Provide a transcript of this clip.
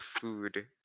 food